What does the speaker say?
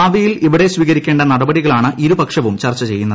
ഭാവിയിൽ ഇവിടെ സ്വീകരിക്കേണ്ട നടപടികളാണ് ് ഇരുപക്ഷവും ചർച്ചചെയ്യുന്നത്